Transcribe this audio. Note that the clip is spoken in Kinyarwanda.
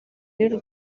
y’u